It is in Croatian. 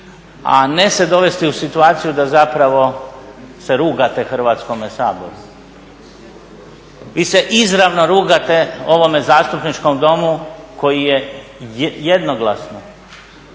a ne se dovesti u situaciju da zapravo se rugate Hrvatskome saboru. Vi se izravno rugate ovome Zastupničkom domu koji je jednoglasno